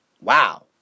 Wow